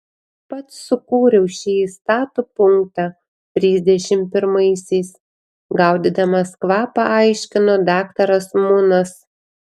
pats sukūriau šį įstatų punktą trisdešimt pirmaisiais gaudydamas kvapą aiškino daktaras munas